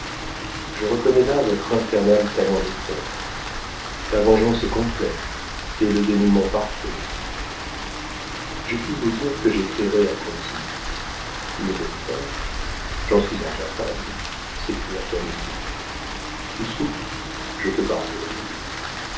je reconnais là votre infernal talent d'auteur la vengeance est complète et le dénoûment parfait j'ai pu vous dire que j'écrirais à conti mais le faire j'en suis incapable s'écria camille tu souffres je te pardonne